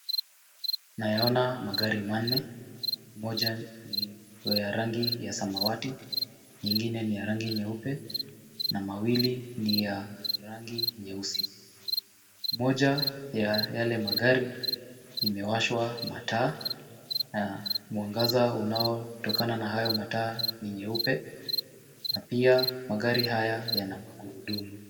Nayaona magari manne. Moja ni ya rangi ya samawati. Nyingine ni ya rangi nyeupe na mawili ni ya rangi nyeusi. Moja ya yale magari imewashwa mataa na mwangaza unaotokana na hayo mataa ni nyeupe na pia magari haya yana magurudumu.